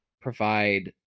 provide